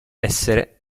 essere